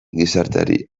gizarteari